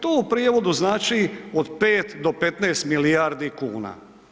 To u prijevodu znači od 5 do 15 milijardi kuna.